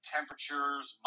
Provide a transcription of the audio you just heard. Temperatures